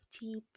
deep